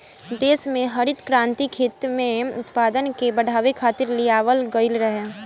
देस में हरित क्रांति खेती में उत्पादन के बढ़ावे खातिर लियावल गईल रहे